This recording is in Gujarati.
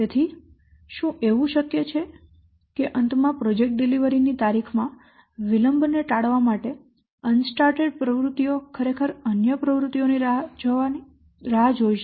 તેથી શું એવું શક્ય છે કે અંતમાં પ્રોજેક્ટ ડિલિવરી ની તારીખમાં વિલંબને ટાળવા માટે અનસ્ટાર્ટેડ પ્રવૃત્તિઓ ખરેખર અન્ય પ્રવૃત્તિઓ પૂર્ણ થવાની રાહ જોશે